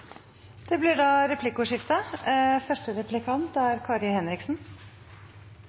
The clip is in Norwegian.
Det blir replikkordskifte. Det er